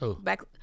back